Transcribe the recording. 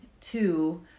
Two